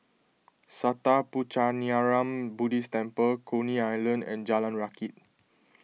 Sattha Puchaniyaram Buddhist Temple Coney Island and Jalan Rakit